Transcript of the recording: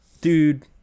dude